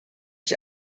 ich